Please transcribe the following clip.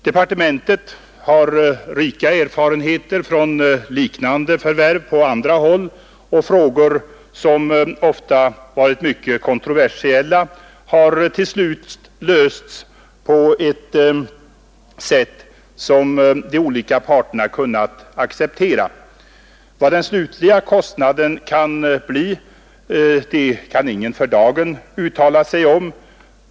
Departementet har rika erfarenheter från liknande förvärv på andra håll, och frågor som ofta varit mycket kontroversiella har till slut lösts på ett sätt som de olika parterna kunnat acceptera. Vad den slutliga kostnaden kan bli kan för dagen ingen uttala sig om.